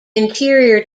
interior